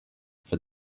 for